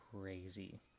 crazy